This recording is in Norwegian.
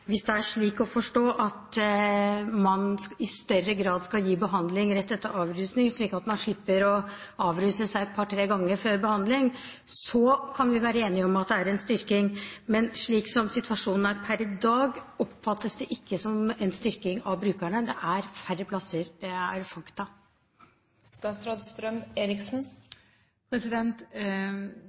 Hvis det er slik å forstå at man i større grad skal gi behandling rett etter avrusning, slik at man slipper å avruse seg et par–tre ganger før behandling, kan vi være enige om at det er en styrking, men slik som situasjonen er per i dag, oppfattes det av brukerne ikke som en styrking. Det er færre plasser – det er